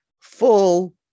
full